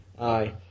Aye